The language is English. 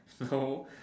no